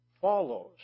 follows